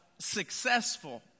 successful